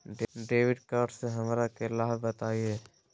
Debit card से हमरा के लाभ बताइए?